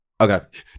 okay